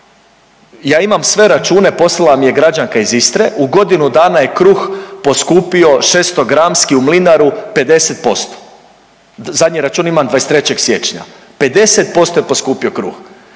ja imam sve račune, poslala mi je građanka iz Istre, u godinu dana je kruh poskupio 600-gramski u Mlinaru 50%. Zadnji račun imam 23. siječnja, 50% je poskupio kruh,